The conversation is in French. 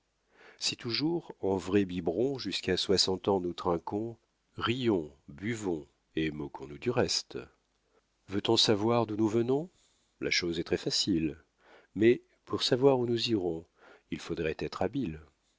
si toujours en vrais biberons jusqu'à soixante ans nous trinquons rions buvons et moquons nous du reste veut-on savoir d'où nous venons la chose est très-facile mais pour savoir où nous irons il faudrait être habile